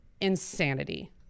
insanity